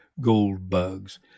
gold-bugs